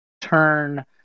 turn